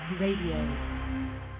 Radio